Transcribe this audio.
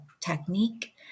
technique